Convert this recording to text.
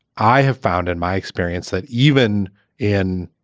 i have found in my experience that even in,